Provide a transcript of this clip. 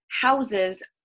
houses